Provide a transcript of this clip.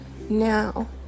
Now